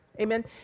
Amen